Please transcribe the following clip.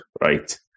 right